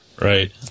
right